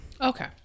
okay